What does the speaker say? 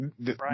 Right